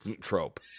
trope